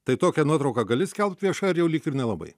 tai tokią nuotrauką gali skelbt viešai ar jau lyg ir nelabai